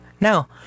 Now